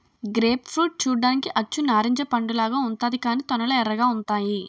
grape fruit చూడ్డానికి అచ్చు నారింజ పండులాగా ఉంతాది కాని తొనలు ఎర్రగా ఉంతాయి